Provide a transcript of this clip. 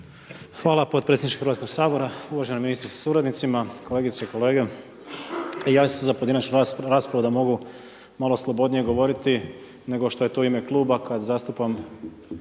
Hvala potpredsjedniče Hrvatskog sabora, uvažena ministrice sa suradnicima, kolegice i kolege. Javio sam se za pojedinačnu raspravu da mogu malo slobodnije govoriti nego što je to u ime kluba kad zastupam